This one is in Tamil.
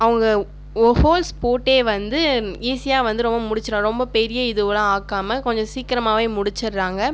அவங்க ஓ ஹோல்ஸ் போட்டே வந்து ஈஸியாக வந்து ரொம்ப முடிச்சுடுவாங்க ரொம்ப பெரிய இதுவெலாம் ஆக்காமல் கொஞ்சம் சீக்கரமாகவே முடிச்சுர்றாங்க